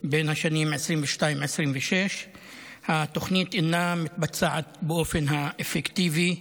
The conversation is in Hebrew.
בשנים 2022 2026. התוכנית אינה מתבצעת באופן אפקטיבי,